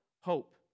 hope